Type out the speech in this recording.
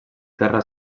terra